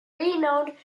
renowned